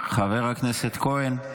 חבר הכנסת כהן.